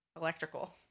electrical